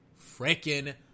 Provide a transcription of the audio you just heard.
freaking